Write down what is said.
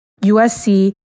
USC